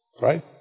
Right